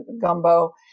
gumbo